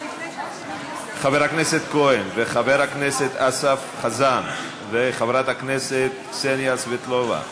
חבר הכנסת כהן וחבר הכנסת אורן אסף חזן וחברת הכנסת קסניה סבטלובה